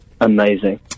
Amazing